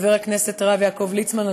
חבר הכנסת הרב יעקב ליצמן,